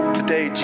today